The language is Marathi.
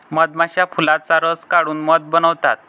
मधमाश्या फुलांचा रस काढून मध बनवतात